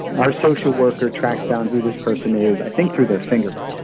our social worker tracks down who this person is, i think through their fingerprints.